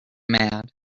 mad